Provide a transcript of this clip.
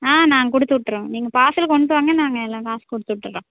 ஆ நான் கொடுத்துவுட்டுட்றங்க நீங்கள் பார்சல் கொண்டு வாங்க நாங்கள் எல்லாம் காசு கொடுத்துவுட்டுட்றோம்